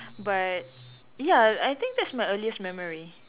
but ya I think that's my earliest memory